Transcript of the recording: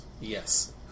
Yes